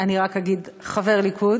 אני רק אגיד "חבר ליכוד"